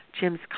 Jim's